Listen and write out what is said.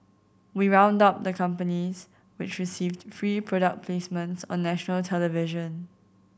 we round up the companies which received free product placements on national television